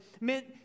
meant